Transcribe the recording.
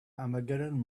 armageddon